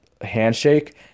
handshake